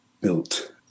built